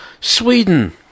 Sweden